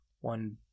one